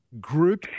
Group